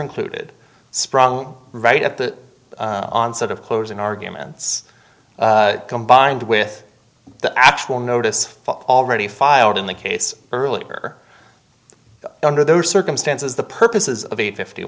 included sprung right at the onset of closing arguments combined with the actual notice already filed in the case earlier under those circumstances the purposes of the fifty